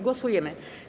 Głosujemy.